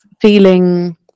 feeling